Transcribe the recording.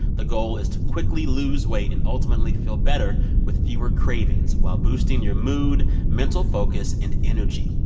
the goal is to quickly lose weight and ultimately feel better with fewer cravings while boosting your mood, mental focus and energy.